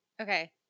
Okay